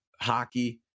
hockey